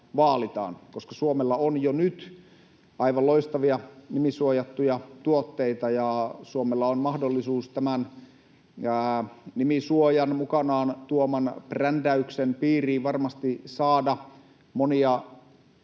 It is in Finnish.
Suomella on jo nyt aivan loistavia nimisuojattuja tuotteita, ja Suomella on mahdollisuus saada tämän nimisuojan mukanaan tuoman brändäyksen piiriin varmasti monia